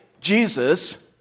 Jesus